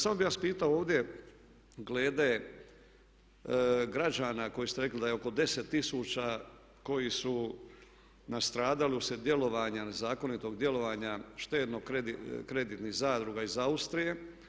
Samo bih vas pitao ovdje glede građana koji ste rekli da je oko 10000 koji su nastradali uslijed djelovanja, nezakonitog djelovanja štedno-kreditnih zadruga iz Austrije.